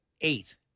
eight